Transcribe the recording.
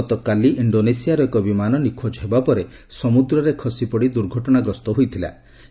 ଗତକାଲି ଇଣ୍ଡୋନେସିଆର ଏକ ବିମାନ ନିଖୋଜ ହେବା ପରେ ସମୁଦ୍ରରେ ଖସିପଡି ଦୁର୍ଘଟଣାଗ୍ରସ୍ତ ହୋଇଥିବା ଜଣାପଡିଥିଲା